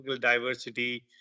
diversity